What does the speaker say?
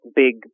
big